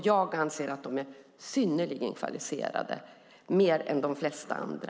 Jag anser att de är synnerligen kvalificerade, mer än de flesta andra.